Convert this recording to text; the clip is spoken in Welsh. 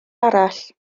arall